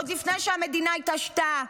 עוד לפני שהמדינה התעשתה.